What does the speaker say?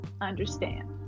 understand